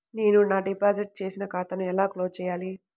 నేను నా డిపాజిట్ చేసిన ఖాతాను ఎలా క్లోజ్ చేయాలి?